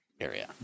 area